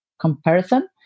comparison